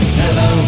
hello